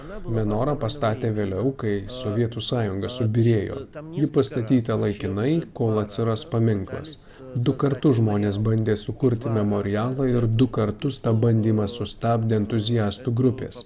menorą pastatė vėliau kai sovietų sąjunga subyrėjo ji pastatyta laikinai kol atsiras paminklas du kartus žmonės bandė sukurti memorialą ir du kartus tą bandymą sustabdė entuziastų grupės